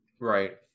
right